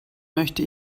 möchte